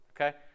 Okay